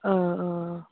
औ औ